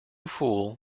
fool